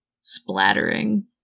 splattering